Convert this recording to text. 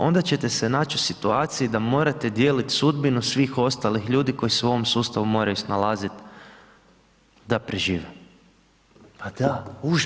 Onda ćete se naći u situaciji da morate dijeliti sudbinu svih ostalih ljudi koji se u ovom sustavu moraju snalaziti da prežive.